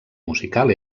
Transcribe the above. musical